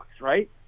right